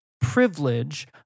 privilege